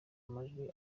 amajwi